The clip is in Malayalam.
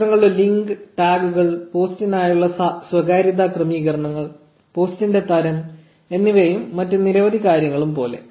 ചിത്രങ്ങളുടെ ലിങ്ക് ടാഗുകൾ പോസ്റ്റിനായുള്ള സ്വകാര്യതാ ക്രമീകരണങ്ങൾ പോസ്റ്റിന്റെ തരം എന്നിവയും മറ്റ് നിരവധി കാര്യങ്ങളും പോലെ